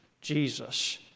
Jesus